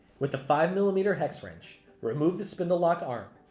with the five millimeter hex wrench, remove the spindle lock arm,